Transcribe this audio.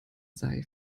sei